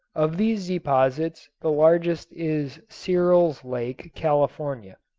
of these deposits the largest is searles lake, california.